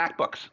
MacBooks